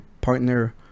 partner